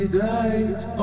guide